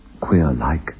queer-like